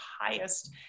highest